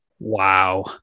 Wow